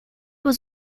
was